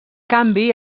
canvi